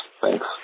Thanks